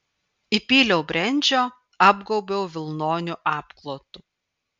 įpyliau brendžio apgaubiau vilnoniu apklotu